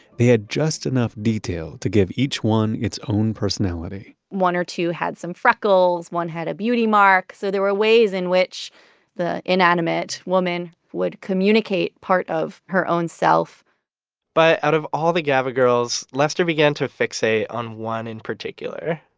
they had just enough detail to give each one its own personality one or two had some freckles, one had a beauty mark, so there were ways in which the inanimate woman would communicate part of her own self but out of all the gaba girls, lester began to fixate on in particular.